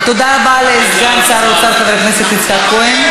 תודה רבה לסגן שר האוצר חבר הכנסת יצחק כהן.